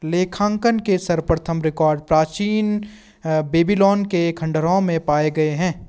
लेखांकन के सर्वप्रथम रिकॉर्ड प्राचीन बेबीलोन के खंडहरों में पाए गए हैं